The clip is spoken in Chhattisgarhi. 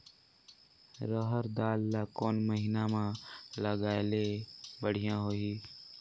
रहर दाल ला कोन महीना म लगाले बढ़िया होही?